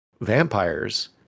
vampires